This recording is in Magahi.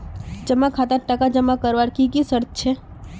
जमा खातात टका जमा करवार की की शर्त छे?